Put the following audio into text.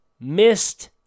Missed